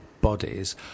bodies